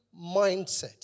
mindset